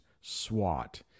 SWAT